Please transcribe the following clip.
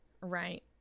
right